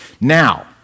Now